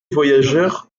voyageur